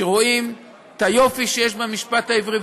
שרואים את היופי שיש במשפט העברי.